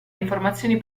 informazioni